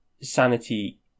sanity